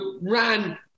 ran